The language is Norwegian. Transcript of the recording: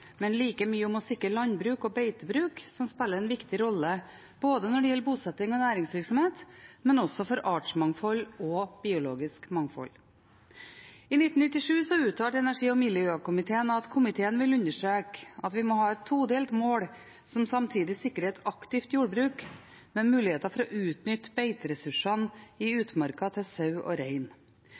men like mye om å sikre landbruk og beitebruk, som spiller en viktig rolle når det gjelder bosetting og næringsvirksomhet, men også for artsmangfold og biologisk mangfold. I 1997 uttalte energi- og miljøkomiteen: «Komiteen vil understreke at vi må ha et todelt mål som samtidig sikrer et aktivt jordbruk med muligheter til å utnytte beiteressursene i utmarka til sau og rein.